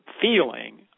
feeling